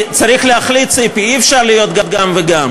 צריך להחליט, ציפי, אי-אפשר להיות גם וגם.